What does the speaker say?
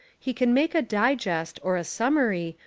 he can make a digest, or a summary,